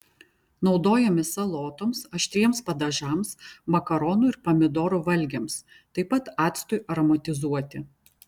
naudojami salotoms aštriems padažams makaronų ir pomidorų valgiams taip pat actui aromatizuoti